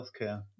healthcare